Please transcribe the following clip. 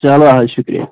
چلو حظ شُکریہ